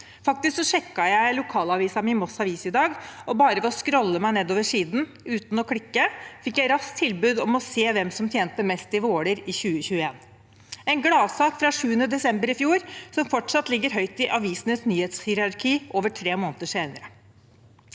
Jeg sjekket i lokalavisen min, Moss Avis, i dag, og bare ved å skrolle meg nedover siden, uten å klikke, fikk jeg raskt tilbud om å se hvem som tjente mest i Våler i 2021 – en gladsak fra 7. desember i fjor, som fortsatt ligger høyt i avisens nyhetshierarki, over tre måneder senere.